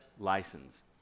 license